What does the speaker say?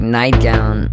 nightgown